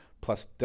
plus